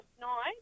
night